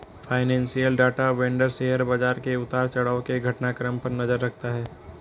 financial data vendor share बाजार के उतार चढ़ाव के घटनाक्रम पर नजर रखता है